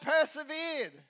persevered